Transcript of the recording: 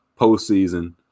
postseason